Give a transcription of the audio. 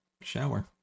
shower